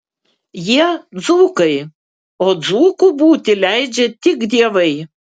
jie dzūkai o dzūku būti leidžia tik dievai